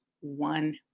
one